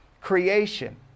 creation